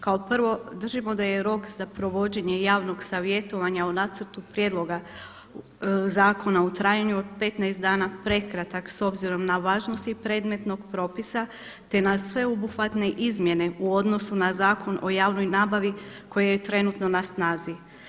Kao prvo držimo da je rok za provođenje javnog savjetovanja o nacrtu prijedloga zakona u trajanju od 15 dana prekratak s obzirom na važnosti predmetnog propisa te na sveobuhvatne izmjene u odnosu na Zakon o javnoj nabavi koji je trenutno na snazi.